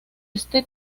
este